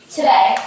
Today